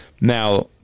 Now